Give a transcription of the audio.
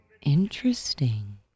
Interesting